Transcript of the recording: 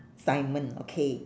simon okay